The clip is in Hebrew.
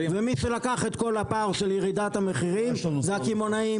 ומי שלקח את כל הפער של ירידת המחירים זה הקמעונאים.